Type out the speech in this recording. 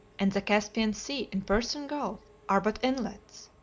and the caspian sea and persian gulf are but inlets.